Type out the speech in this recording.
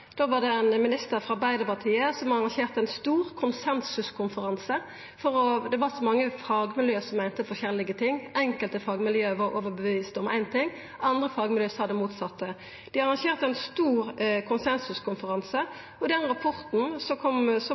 Då var det ein minister frå Arbeidarpartiet som arrangerte ein stor konsensuskonferanse, fordi det var så mange fagmiljø som meinte forskjellige ting. Enkelte fagmiljø var overtydde om éin ting, andre fagmiljø sa det motsette. Dei arrangerte ein stor konsensuskonferanse, og i rapporten vart det einigheit om at det ikkje var tilrådeleg å innføra dette som